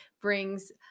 brings